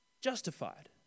justified